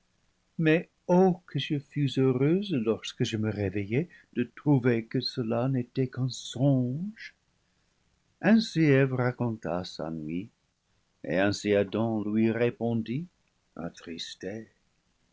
mais oh que je fus heureuse lorsque je me réveillai de trouver que cela n'était qu'un songe ainsi eve raconta sa nuit et ainsi adam lui répondit